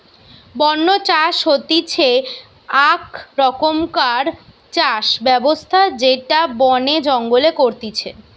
বন্য চাষ হতিছে আক রকমকার চাষ ব্যবস্থা যেটা বনে জঙ্গলে করতিছে